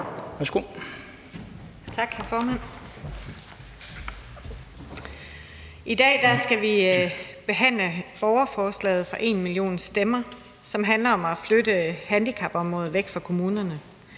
I dag skal vi behandle borgerforslaget fra #enmillionstemmer, som handler om at flytte handicapområdet væk fra kommunerne.